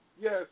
yes